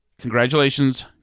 Congratulations